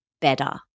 better